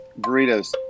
burritos